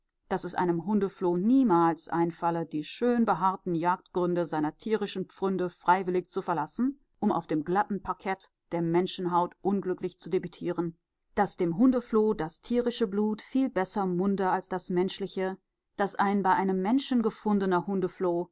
daß es einem hundefloh niemals einfalle die schön behaarten jagdgründe seiner tierischen pfründe freiwillig zu verlassen um auf dem glatten parkett der menschenhaut unglücklich zu debutieren daß dem hundefloh das tierische blut viel besser munde als das menschliche daß ein bei einem menschen gefundener hundefloh